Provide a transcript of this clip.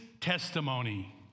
testimony